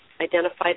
identified